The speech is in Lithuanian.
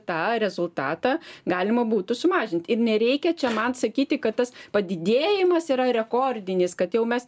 tą rezultatą galima būtų sumažint ir nereikia čia man sakyti kad tas padidėjimas yra rekordinis kad jau mes